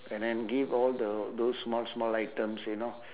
and then give all the those small small items you know